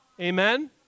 Amen